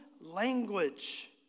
language